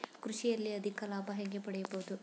ಕೃಷಿಯಲ್ಲಿ ಅಧಿಕ ಲಾಭ ಹೇಗೆ ಪಡೆಯಬಹುದು?